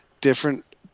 different